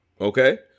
okay